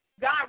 God